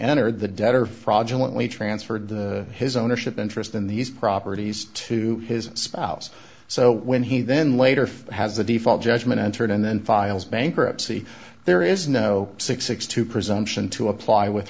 entered the debtor fraudulent he transferred the his ownership interest in these properties to his spouse so when he then later has a default judgment entered and then files bankruptcy there is no six six to presumption to apply with